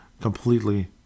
completely